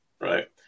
right